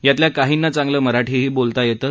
यातल्या काहींना चांगलं मराठीही बोलता येतं